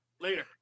later